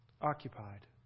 Occupied